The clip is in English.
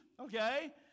okay